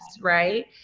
right